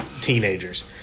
teenagers